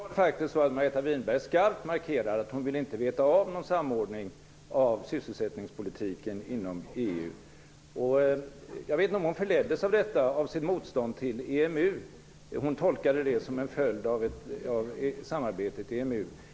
Fru talman och herr statsminister! Nu var det faktiskt så att Margareta Winberg skarpt markerade att hon inte vill veta av någon samordning av sysselsättningspolitiken inom EU. Jag vet inte om hon förleddes av sitt motstånd mot EMU och tolkade detta som en följd av samarbetet inom EMU.